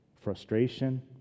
Frustration